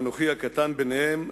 ואנוכי הקטן ביניהם,